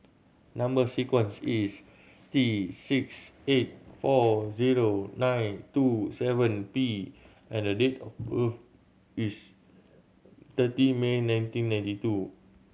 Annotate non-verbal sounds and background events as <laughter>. number sequence is T six eight four zero nine two seven P and date of birth <noise> is thirty May nineteen ninety two